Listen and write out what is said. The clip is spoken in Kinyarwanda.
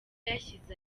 yashyize